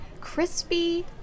crispy